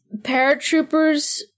paratroopers